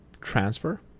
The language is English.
transfer